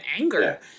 anger